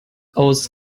aus